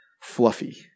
fluffy